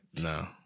No